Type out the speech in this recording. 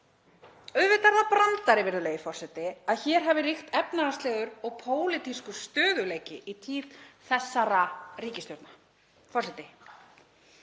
Auðvitað er það brandari, virðulegi forseti, að hér hafi ríkt efnahagslegur og pólitískur stöðugleiki í tíð þessara ríkisstjórna. Forseti.